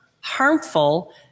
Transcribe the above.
harmful